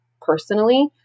personally